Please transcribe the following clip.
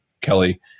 Kelly